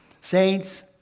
Saints